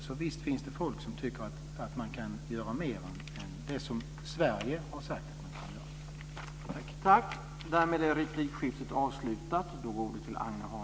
Så visst finns det folk som tycker att man kan göra mer än det som Sverige har sagt att man kan göra.